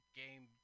game